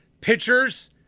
Pitchers